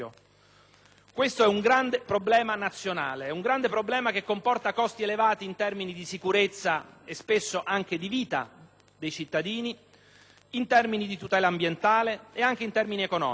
tratta di un grande problema nazionale, che comporta costi elevati in termini di sicurezza e spesso anche di vita dei cittadini, di tutela ambientale ed anche in termini economici.